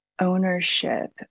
ownership